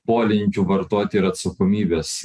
polinkiu vartoti ir atsakomybės